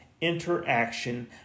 interaction